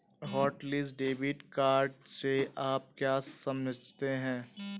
Hotlist debit card से आप क्या समझते हैं?